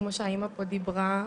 כמו שהאימא פה דיברה,